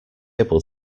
able